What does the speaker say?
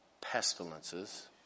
pestilences